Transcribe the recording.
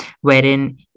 wherein